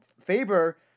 Faber